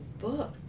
book